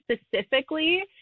specifically